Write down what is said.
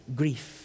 grief